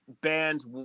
bands